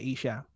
Asia